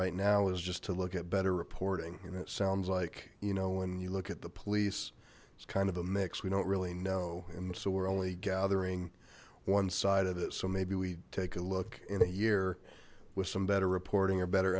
right now is just to look at better reporting you know it sounds like you know when you look at the police it's kind of a mix we don't really know and so we're only gathering one side of it so maybe we take a look in a year with some better reporting or better